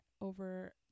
over